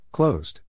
Closed